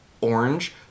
orange